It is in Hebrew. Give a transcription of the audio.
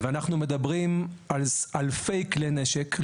ואנחנו מדברים על אלפי כלי נשק,